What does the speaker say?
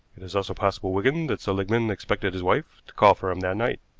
it is also possible, wigan, that seligmann expected his wife to call for him that night.